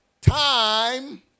Time